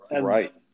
Right